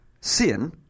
sin